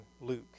Luke